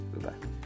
Goodbye